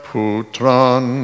Putran